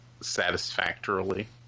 satisfactorily